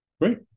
Great